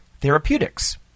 therapeutics